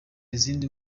izindi